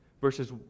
verses